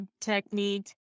technique